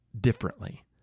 differently